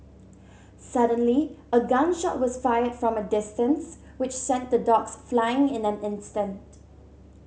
suddenly a gun shot was fired from a distance which sent the dogs fleeing in an instant